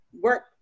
work